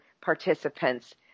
participants